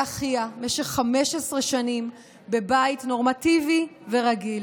אחיה במשך 15 שנים בבית נורמטיבי ורגיל.